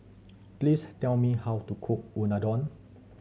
please tell me how to cook Unadon